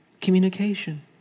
communication